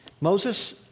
Moses